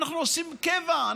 אנחנו עושים קבע,